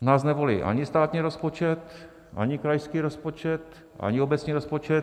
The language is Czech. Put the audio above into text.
Nás nevolí ani státní rozpočet, ani krajský rozpočet, ani obecní rozpočet.